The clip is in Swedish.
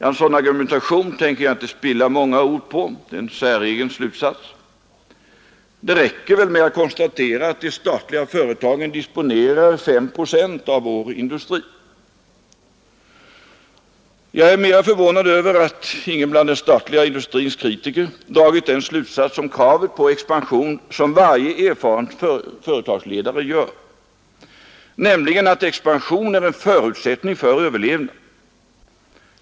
En sådan säregen slutsats tänker jag inte spilla många ord på. Det räcker väl med att konstatera att de statliga företagen disponerar 5 procent av vår industri. Jag är mera förvånad över att ingen bland den statliga industrins kritiker dragit den slutsats om kravet på expansion som varje erfaren företagsledare gör, nämligen att expansion är en förutsättning för överlevnad.